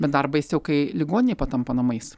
bet dar baisiau kai ligoninė patampa namais